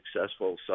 successful